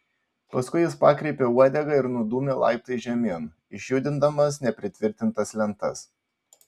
paskui jis pakreipė uodegą ir nudūmė laiptais žemyn išjudindamas nepritvirtintas lentas